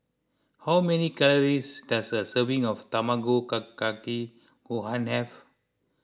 how many calories does a serving of Tamago Kake Gohan have